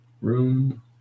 Room